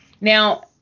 now